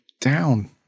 down